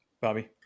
Bobby